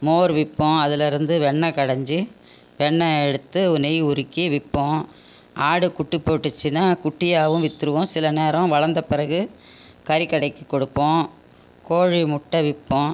மோர் விற்போம் அதுலேருந்து வெண்ணெய் கடைஞ்சி வெண்ணெய் எடுத்து நெய் உருக்கி விற்போம் ஆடு குட்டி போட்டுச்சுன்னா குட்டியாகவும் விற்றுருவோம் சில நேரம் வளர்ந்த பிறகு கறி கடைக்கு கொடுப்போம் கோழி முட்டை விற்போம்